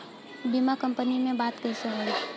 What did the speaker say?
बीमा कंपनी में बात कइसे होई?